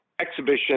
exhibition